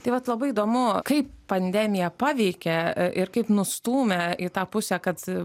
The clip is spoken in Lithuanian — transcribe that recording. taip vat labai įdomu kaip pandemija paveikė ir kaip nustūmė į tą pusę kad